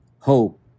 hope